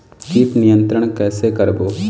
कीट नियंत्रण कइसे करबो?